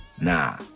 nah